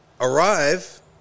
arrive